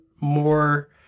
more